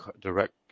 direct